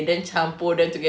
ya ya ya